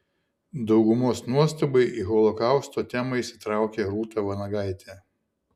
daugumos nuostabai į holokausto temą įsitraukė rūta vanagaitė